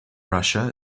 russia